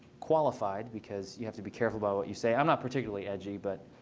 qualified, because you have to be careful about what you say. i'm not particularly edgy. but